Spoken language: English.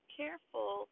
careful